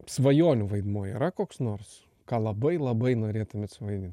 svajonių vaidmuo yra koks nors ką labai labai norėtumėt suvaidint